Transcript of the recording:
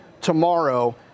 tomorrow